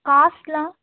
காஸ்ட்டெலாம்